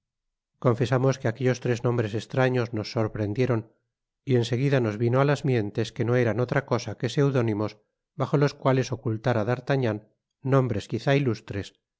confesamos que aquellos tres nombres estraños nos sorprendieron y en seguida nos vino á las mientes que no eran otra cosa que seudónimos bajo los cuales ocultara artagnan nombres quizá ilustres